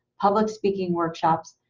public speaking workshops,